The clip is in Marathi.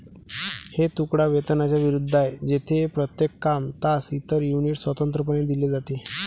हे तुकडा वेतनाच्या विरुद्ध आहे, जेथे प्रत्येक काम, तास, इतर युनिट स्वतंत्रपणे दिले जाते